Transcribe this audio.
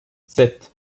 sept